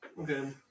Okay